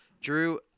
Drew